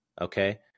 Okay